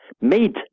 made